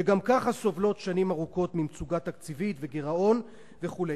שגם כך סובלות שנים ארוכות ממצוקה תקציבית וגירעון וכו'.